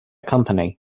company